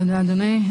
תודה, אדוני.